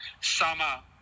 summer